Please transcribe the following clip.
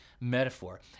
metaphor